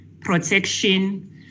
protection